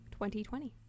2020